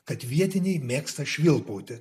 kad vietiniai mėgsta švilpauti